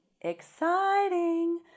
Exciting